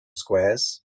squares